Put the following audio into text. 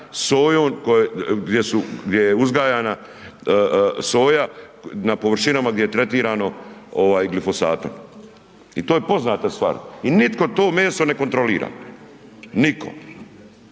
gdje je uzgajana soja na površinama gdje je tretirano ovaj glifosatom. I to je poznata stvar. I nitko to meso ne kontrolira, nitko.